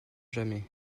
jamais